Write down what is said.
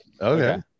Okay